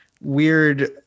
weird